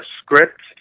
script